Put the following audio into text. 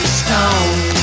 stone